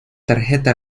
tarjeta